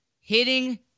hitting